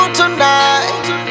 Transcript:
tonight